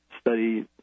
study